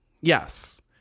Yes